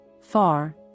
far